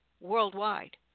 worldwide